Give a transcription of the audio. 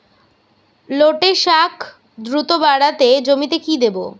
লটে শাখ দ্রুত বাড়াতে জমিতে কি দেবো?